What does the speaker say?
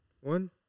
one